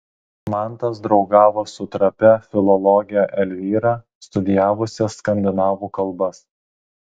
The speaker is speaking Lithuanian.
mantas draugavo su trapia filologe elvyra studijavusia skandinavų kalbas